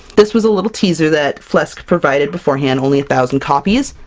this was a little teaser that flesk provided beforehand, only a thousand copies!